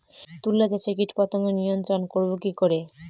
তুলা চাষে কীটপতঙ্গ নিয়ন্ত্রণর করব কি করে?